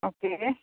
okay